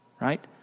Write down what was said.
right